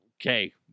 Okay